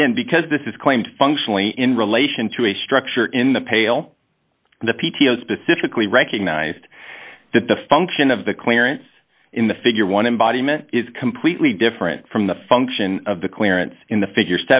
again because this is claimed functionally in relation to a structure in the pale the p t o specifically recognized that the function of the clearance in the figure one embodiment is completely different from the function of the clearance in the figure